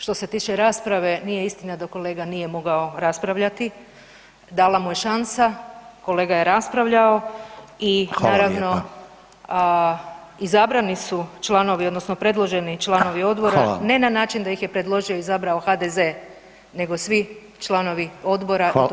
Što se tiče rasprave nije istina da kolega nije mogao raspravljati, dala mu je šansa, kolega je raspravljao [[Upadica: Hvala lijepa]] i naravno izabrani su članovi odnosno predloženi članovi odbora [[Upadica: Hvala]] ne na način da ih je predložio i izabrao HDZ nego svi članovi odbora i to